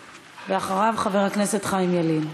ואחריו, חבר הכנסת חיים ילין.